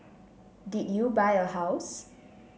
did you buy a house